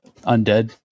undead